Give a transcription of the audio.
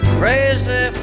crazy